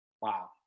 Wow